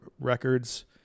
records